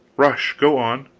rush! go on.